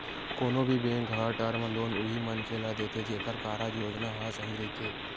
कोनो भी बेंक ह टर्म लोन उही मनखे ल देथे जेखर कारज योजना ह सही रहिथे